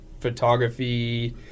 photography